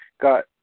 got